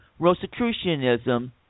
Rosicrucianism